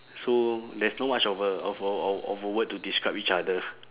so there's no much of a of a of of a word to describe each other